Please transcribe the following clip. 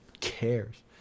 cares